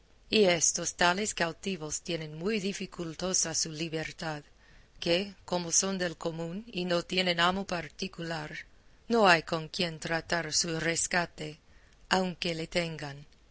y estos tales cautivos tienen muy dificultosa su libertad que como son del común y no tienen amo particular no hay con quien tratar su rescate aunque le tengan